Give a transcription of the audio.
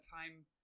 time